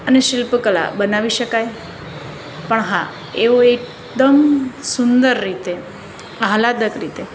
અને શિલ્પકલા બનાવી શકાય પણ હા એઓ એકદમ સુંદર રીતે આહલાદક રીતે